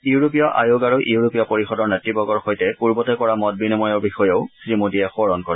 ইউৰোপীয় আয়োগ আৰু ইউৰোপীয় পৰিষদৰ নেত়বৰ্গৰ সৈতে পূৰ্বতে কৰা মত বিনিময়ৰ বিষয়েও শ্ৰীমোদীয়ে সোঁৱৰণ কৰে